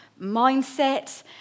mindset